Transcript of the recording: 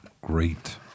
great